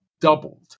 doubled